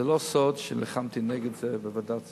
זה לא סוד שנלחמתי נגד זה בוועדת כספים.